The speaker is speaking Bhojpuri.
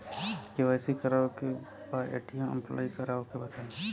के.वाइ.सी करावे के बा ए.टी.एम अप्लाई करा ओके बताई?